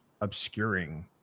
obscuring